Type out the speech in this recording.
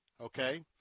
okay